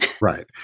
Right